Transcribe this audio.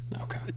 okay